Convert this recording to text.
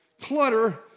clutter